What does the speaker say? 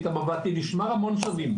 נשמר המון שנים.